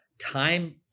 time